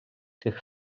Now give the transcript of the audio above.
цих